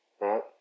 right